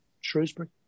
Shrewsbury